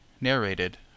Narrated